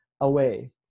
away